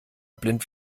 blind